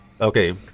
okay